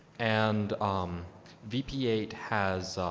and um v p eight has,